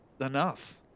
enough